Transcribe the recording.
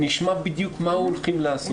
נשמע בדיוק מה הולכים לעשות.